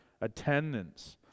attendance